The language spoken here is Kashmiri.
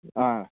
آ